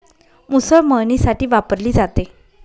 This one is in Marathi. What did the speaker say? मुसळ मळणीसाठी वापरली जाते